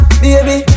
baby